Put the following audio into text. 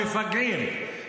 מפגעים,